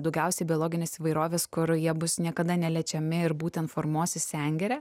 daugiausiai biologinės įvairovės kur jie bus niekada neliečiami ir būtent formuosis sengirė